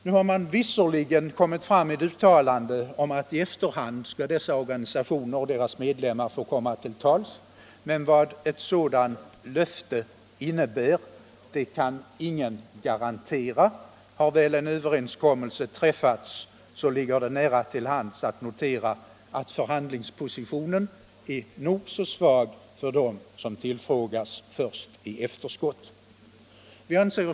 Nu har man visserligen gjort ett uttalande om att dessa organisationer och deras medlemmar skall få komma till tals i efterhand, men vad ett sådant löfte innebär kan ingen garantera. Har en överenskommelse väl träffats — det ligger nära till hands att notera detta — är förhandlingspositionen nog så svag för dem som tillfrågas först i efterskott.